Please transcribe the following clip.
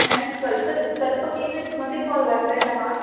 madam कल्प कल्पक इवेंट्समध्ये कॉल लागला आहे का हा